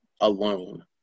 alone